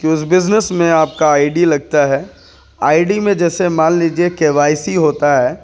کہ اس بزنس میں آپ کا آئی ڈی لگتا ہے آئی ڈی میں جیسے مان لیجیے کے وائی سی ہوتا ہے